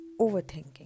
overthinking